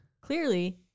clearly